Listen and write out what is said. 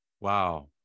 wow